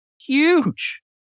huge